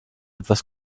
etwas